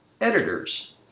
Editors